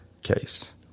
case